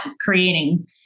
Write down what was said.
creating